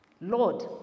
Lord